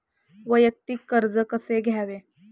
वैयक्तिक कर्ज कसे घ्यावे?